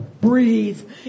breathe